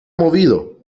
movido